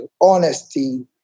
honesty